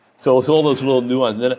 so so those little nuances.